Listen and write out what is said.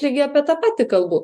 lygiai apie tą patį kalbu